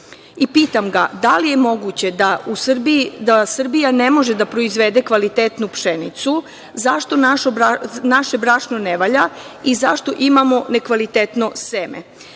i pitam ga – da li je moguće da Srbija ne može da proizvede kvalitetnu pšenicu, zašto naše brašno ne valja i zašto imamo nekvalitetno